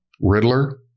Riddler